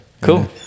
Cool